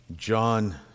John